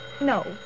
No